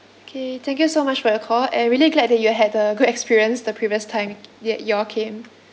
K thank you so much for your call and really glad that you had a good experience the previous time ye~ you all came